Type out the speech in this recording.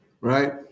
right